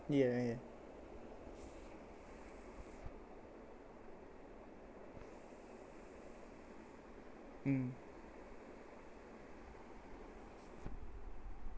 ya ya mm